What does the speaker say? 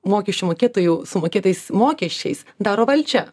mokesčių mokėtojų sumokėtais mokesčiais daro valdžia